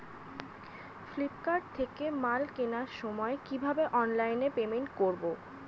Flipkart থেকে মাল কেনার সময় কিভাবে অনলাইনে পেমেন্ট করব?